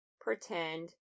pretend